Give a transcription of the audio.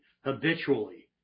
habitually